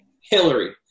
Hillary